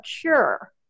cure